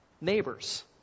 neighbors